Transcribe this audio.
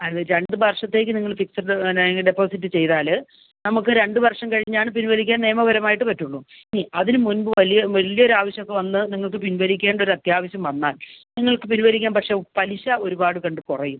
അത് രണ്ട് വർഷത്തേക്ക് നിങ്ങൾ ഫിക്സഡ് ഡെപ്പോസിറ്റ് ചെയ്താൽ നമ്മൾക്ക് രണ്ട് വർഷം കഴിഞ്ഞ് ആണ് പിൻവലിക്കാൻ നിയമപരമായിട്ട് പറ്റുകയുള്ളൂ ഇനി അതിന് മുൻപ് വലിയ വലിയ ഒരു ആവശ്യം ഒക്കെ വന്ന് നിങ്ങൾക്ക് പിൻവലിക്കേണ്ട ഒരു അത്യാവശ്യം വന്നാൽ നിങ്ങൾക്ക് പിൻവലിക്കാം പക്ഷെ പലിശ ഒരുപാട് കണ്ട് കുറയും